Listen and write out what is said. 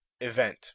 event